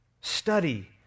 study